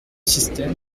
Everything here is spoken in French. système